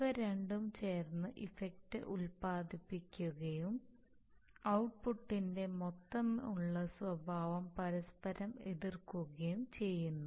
ഇവ രണ്ടും ചേർന്ന് ഇഫക്റ്റ് ഉൽപാദിപ്പിക്കുകയും ഔട്ട്പുട്ടിന്റെ മൊത്തത്തിലുള്ള പ്രഭാവം പരസ്പരം എതിർക്കുകയും ചെയ്യുന്നു